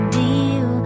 deal